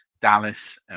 Dallas